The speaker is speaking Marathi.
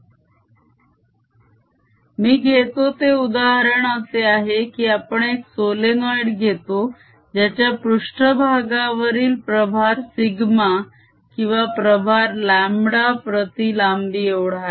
S10EB Momentumvolume0 Angular moemntumvolume0r× मी घेतो ते उदाहरण असे आहे की आपण एक सोलेनोइड घेतो ज्याच्या पृष्ट्भागावरील प्रभार σ किंवा प्रभार λ प्रती लांबी एवढा आहे